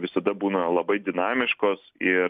visada būna labai dinamiškos ir